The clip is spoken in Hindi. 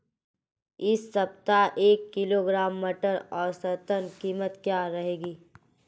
इस सप्ताह एक किलोग्राम मटर की औसतन कीमत क्या रहेगी?